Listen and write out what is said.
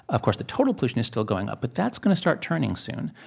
of course, the total pollution is still going up, but that's going to start turning soon.